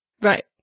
Right